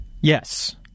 Yes